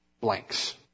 blanks